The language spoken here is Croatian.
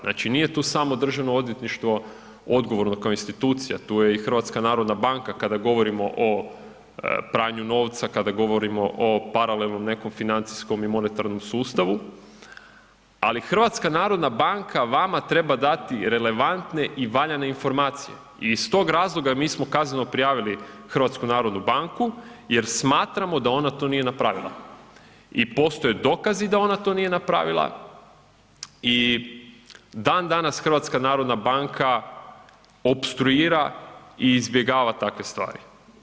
Znači nije tu samo državno odvjetništvo odgovorno kao institucija tu je i HNB kada govorimo o pranju novca, kada govorimo o paralelnom nekom financijskom i monetarnom sustavu, ali HNB vama treba dati relevantne i valjane informacije i iz tog razloga mi smo kazneno prijavili HNB jer smatramo da ona to nije napravila i postoje dokazi da ona to nije napravila i dan danas HNB opstruira i izbjegava takve stvari.